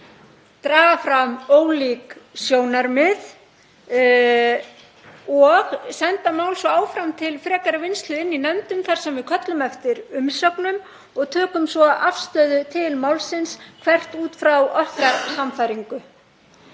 draga fram ólík sjónarmið og senda mál svo áfram til frekari vinnslu í nefndum þar sem við köllum eftir umsögnum og tökum svo afstöðu til málsins, hvert út frá okkar sannfæringu.